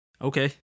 Okay